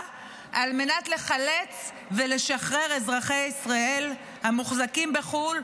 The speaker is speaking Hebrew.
כדי לחלץ ולשחרר אזרחי ישראל המוחזקים בחו"ל,